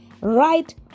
Right